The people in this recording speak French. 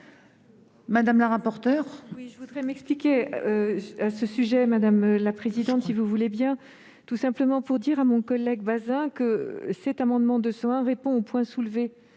Mme la rapporteure.